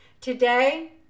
Today